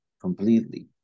completely